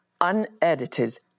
unedited